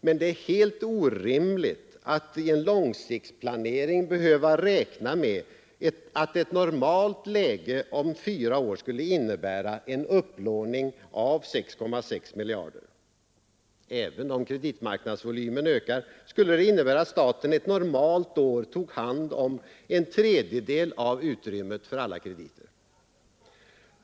Men det är helt orimligt att i en långsiktsplanering behöva räkna med att ett normalt läge om fyra år skulle innebära en upplåning av 6,6 miljarder. Även om kreditmarknadsvolymen ökar, skulle det innebära att staten ett normalt år tog hand om en tredjedel av utrymmet för alla krediter.